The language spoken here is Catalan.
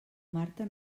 marta